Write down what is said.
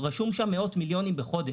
רשום שם מאות מיליונים בחודש.